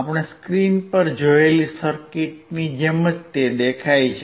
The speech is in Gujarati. આપણે સ્ક્રીન પર જોયેલી સર્કિટની જેમ જ તે દેખાય છે